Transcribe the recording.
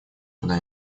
куда